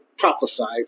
Prophesied